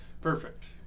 perfect